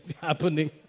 happening